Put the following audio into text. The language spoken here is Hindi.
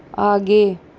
आगे